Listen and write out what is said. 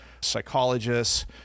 psychologists